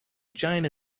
giant